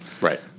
Right